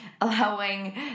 allowing